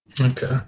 Okay